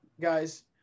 guys